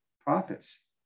prophets